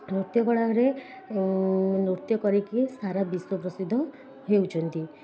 ନୃତ୍ୟ କଳାରେ ନୃତ୍ୟ କରିକି ସାରା ବିଶ୍ୱ ପ୍ରସିଦ୍ଧ ହେଉଛନ୍ତି